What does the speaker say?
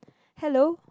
hello